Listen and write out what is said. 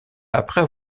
après